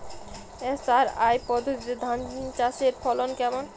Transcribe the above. SRI পদ্ধতিতে ধান চাষের ফলন কেমন?